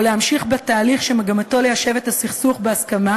להמשיך בתהליך שמגמתו ליישב את הסכסוך בהסכמה,